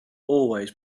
always